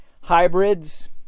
hybrids